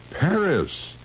Paris